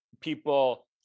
people-